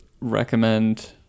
recommend